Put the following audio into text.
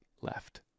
left